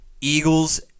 Eagles